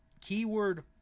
keyword